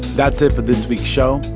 that's it for this week's show.